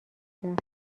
کرد